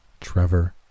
Trevor